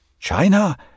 China